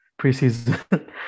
preseason